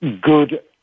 good